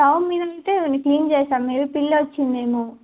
stove మీద అంటే clean చేశాను మరి పిల్లి వచ్చిందేమొ